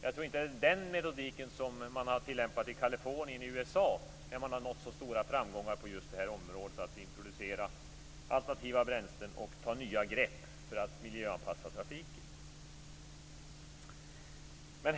Jag tror inte att det är den metodiken man har tillämpat i Kalifornien i USA, där man har nått stora framgångar med att introducera alternativa bränslen och ta nya grepp för att miljöanpassa trafiken.